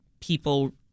people